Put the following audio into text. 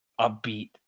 upbeat